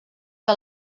que